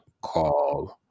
called